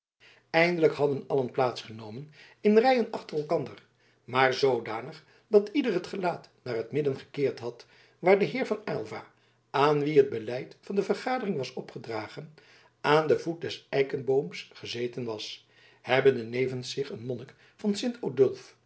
eindelijk hadden allen plaats genomen in rijen achter elkander maar zoodanig dat ieder het gelaat naar het midden gekeerd had waar de heer van aylva aan wien het beleid van de vergadering was opgedragen aan den voet des eikebooms gezeten was hebbende nevens zich een monnik van